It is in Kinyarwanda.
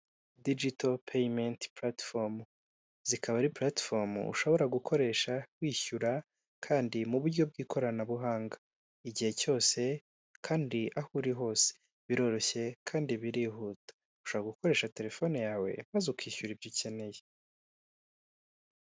Digito Peyimenti Puratifomu, zikaba ari platifomu ushobora gukoresha wishyura kandi mu buryo bw'ikoranabuhanga. Igihe cyose kandi aho uri hose, biroroshye kandi birihuta. Ushobora gukoresha telefone yawe maze ukishyura ibyo ukeneye.